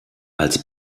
als